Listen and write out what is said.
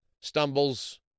stumbles